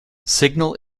signal